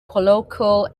colloquial